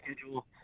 schedule